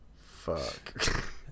fuck